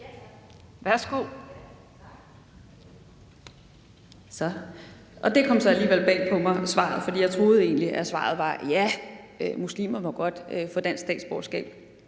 Tak. Svaret kom så alligevel bag på mig, for jeg troede egentlig, at svaret var, at ja, muslimer må godt få et dansk statsborgerskab.